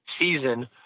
season